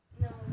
No